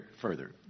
further